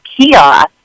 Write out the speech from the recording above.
kiosk